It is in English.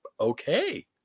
okay